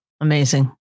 Amazing